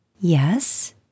Yes